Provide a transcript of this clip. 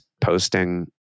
posting